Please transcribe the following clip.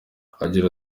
agira